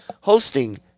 hosting